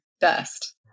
Best